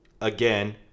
again